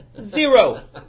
Zero